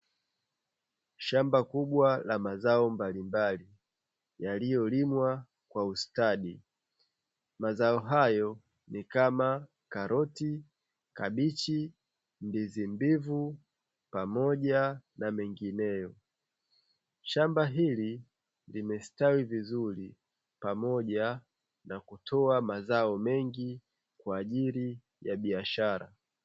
Shamba kubwa la mazao mbalimbali yaliyolimwa kwa ustadi, mazao hayo ni kama: karoti, kabichi, ndizi mbivu, pamoja na mengineyo. Shamba hili limestawi vizuri pamoja na kutoa mazao mengi kwa ajili ya biashara.